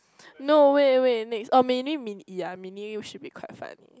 no wait wait next oh maybe Min-Yi ya Min-Yi should be quite funny